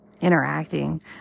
interacting